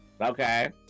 okay